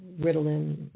Ritalin